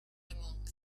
among